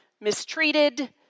mistreated